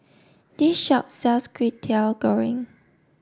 this shop sells Kway Teow Goreng